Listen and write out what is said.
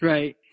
Right